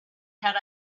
had